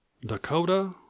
Dakota